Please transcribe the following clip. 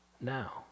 now